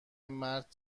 مرد